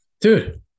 Dude